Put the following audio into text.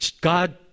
God